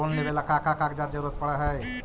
Loan लेवेला का का कागजात जरूरत पड़ हइ?